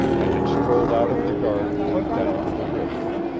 i had strolled out of the garden and down to the river,